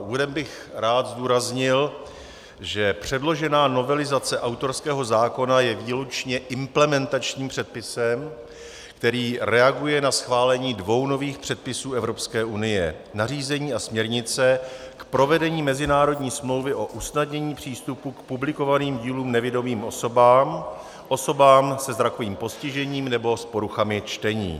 Úvodem bych rád zdůraznil, že předložená novelizace autorského zákona je výlučně implementačním předpisem, který reaguje na schválení dvou nových předpisů EU nařízení a směrnice k provedení mezinárodní smlouvy o usnadnění přístupu k publikovaným dílům nevidomým osobám, osobám se zrakovým postižením nebo s poruchami čtení.